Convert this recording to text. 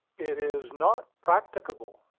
it is not practicable